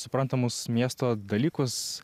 suprantamus miesto dalykus